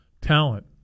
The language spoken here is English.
talent